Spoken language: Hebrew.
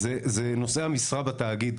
זה נושאי המשרד והתאגיד,